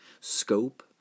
scope